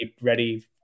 ready